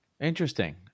interesting